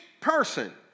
person